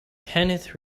kenneth